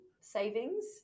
savings